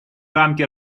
рамки